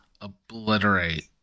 obliterate